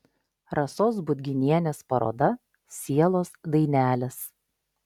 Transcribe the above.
rasos budginienės paroda sielos dainelės